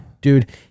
Dude